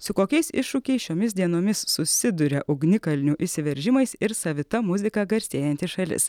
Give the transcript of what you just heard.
su kokiais iššūkiais šiomis dienomis susiduria ugnikalnių išsiveržimais ir savita muzika garsėjanti šalis